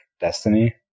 Destiny